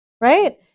right